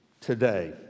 today